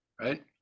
right